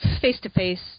face-to-face